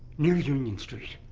near union street.